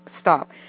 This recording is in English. stop